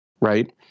right